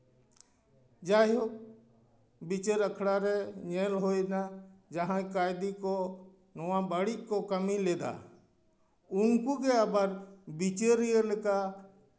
ᱡᱟᱭ ᱦᱳᱠ ᱵᱤᱪᱟᱹᱨ ᱟᱠᱷᱲᱲᱟ ᱨᱮ ᱧᱮᱞ ᱦᱩᱭᱱᱟ ᱡᱟᱦᱟᱸᱭ ᱠᱟᱭᱫᱤ ᱠᱚ ᱱᱚᱣᱟ ᱵᱟᱹᱲᱤᱡ ᱠᱚ ᱠᱟᱹᱢᱤ ᱞᱮᱫᱟ ᱩᱱᱠᱩ ᱜᱮ ᱟᱵᱟᱨ ᱵᱤᱪᱟᱹᱨᱤᱭᱟᱹ ᱞᱮᱠᱟ